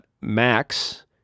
Max